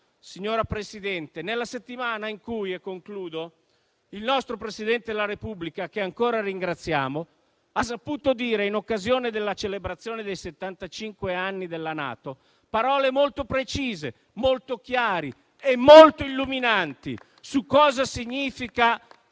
signora Presidente, nella settimana in cui (e concludo) il nostro Presidente della Repubblica, che ancora ringraziamo, ha pronunciato, in occasione della celebrazione dei settantacinque anni della NATO, parole molto precise, molto chiare e illuminanti su cosa significa